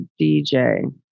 DJ